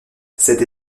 cette